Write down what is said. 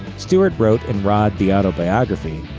stewart wrote in rod the autobiography,